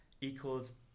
Equals